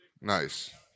Nice